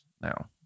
now